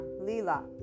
Lila